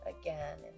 Again